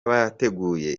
bateguye